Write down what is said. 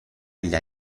agli